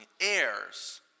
heirs